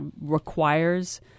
requires—